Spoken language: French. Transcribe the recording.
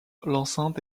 l’enceinte